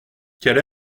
qu’elle